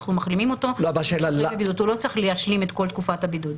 אנחנו מחתימים אותו והוא לא צריך להשלים את כל תקופת הבידוד.